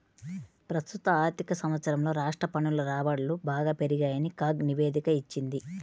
ప్రస్తుత ఆర్థిక సంవత్సరంలో రాష్ట్ర పన్నుల రాబడులు బాగా పెరిగాయని కాగ్ నివేదిక ఇచ్చింది